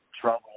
trouble